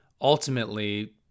ultimately